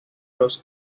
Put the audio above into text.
los